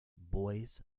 boys